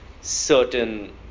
certain